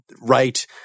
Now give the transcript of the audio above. right